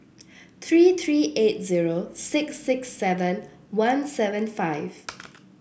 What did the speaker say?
three three eight zero six six seven one seven five